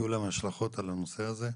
יהיו להם השלכות על הנושא הזה,